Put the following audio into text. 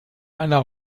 einer